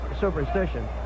superstition